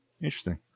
Interesting